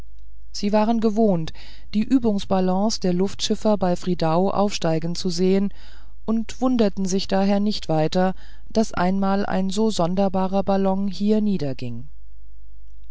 sie waren gewohnt die übungsballons der luftschiffer bei friedau aufsteigen zu sehen und wunderten sich daher nicht weiter daß einmal ein so sonderbarer ballon hier